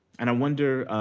and i wonder,